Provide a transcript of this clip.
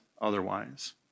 otherwise